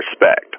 respect